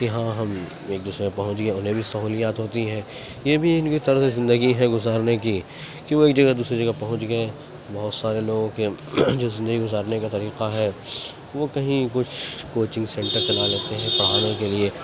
کہ ہاں ہم ایک دوسرے پہنچ گئے انہیں بھی سہولیات ہوتی ہے یہ بھی ان کی طرزِ زندگی ہے گزارنے کی کہ وہ ایک جگہ سے دوسرے جگہ پہنچ گئے بہت سارے لوگوں کے جو زندگی گزارنے کا طریقہ ہے وہ کہیں کچھ کوچنگ سینٹر چلا لیتے ہیں پڑھانے کے لیے